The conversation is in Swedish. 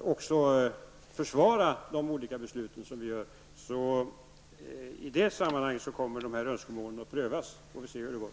också kan försvara de olika besluten. I detta sammanhang kommer dessa önskemål att prövas. Då får vi se hur det går.